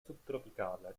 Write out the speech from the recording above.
subtropicale